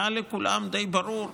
היה לכולם די ברור,